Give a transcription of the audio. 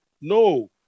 No